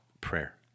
Prayer